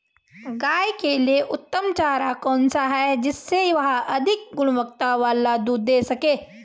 गाय के लिए उत्तम चारा कौन सा है जिससे वह अधिक गुणवत्ता वाला दूध दें सके?